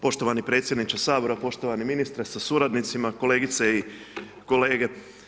Poštovani predsjedniče Sabora, poštovani ministre s suradnicima, kolegice i kolege.